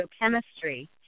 biochemistry